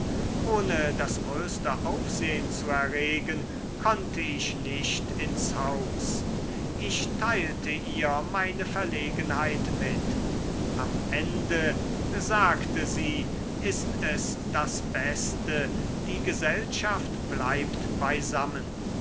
ohne das größte aufsehen zu erregen konnte ich nicht ins haus ich teilte ihr meine verlegenheit mit am ende sagte sie ist es das beste die gesellschaft bleibt beisammen